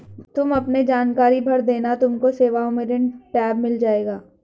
तुम अपने जानकारी भर देना तुमको सेवाओं में ऋण टैब मिल जाएगा